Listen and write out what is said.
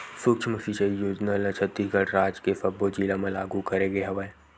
सुक्ष्म सिचई योजना ल छत्तीसगढ़ राज के सब्बो जिला म लागू करे गे हवय